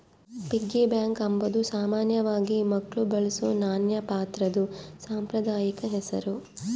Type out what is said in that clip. piggy bank ಅಂಬಾದು ಸಾಮಾನ್ಯವಾಗಿ ಮಕ್ಳು ಬಳಸೋ ನಾಣ್ಯ ಪಾತ್ರೆದು ಸಾಂಪ್ರದಾಯಿಕ ಹೆಸುರು